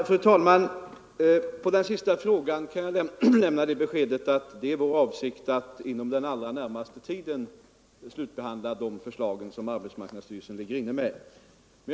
Fru talman! På den sista frågan kan jag lämna det svaret att det är vår avsikt att inom den allra närmaste tiden slutbehandla arbetsmarknadsstyrelsens förslag i departementet.